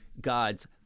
Gods